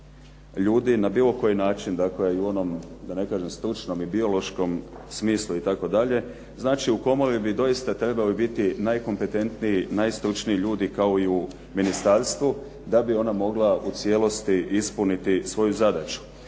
ljudi na bilo koji način, dakle i u onom stručnom i biološkom smislu itd. Znači u komori bi doista trebali biti najkompetentniji najstručniji ljudi kao i u ministarstvu da bi ona mogla u cijelosti ispuniti svoju zadaću.